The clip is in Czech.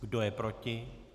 Kdo je proti?